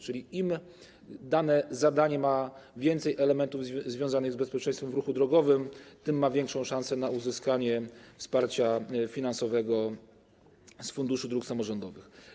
Czyli im dane zadanie ma więcej elementów związanych z bezpieczeństwem w ruchu drogowym, tym większą ma szansę na uzyskanie wsparcia finansowego z Funduszu Dróg Samorządowych.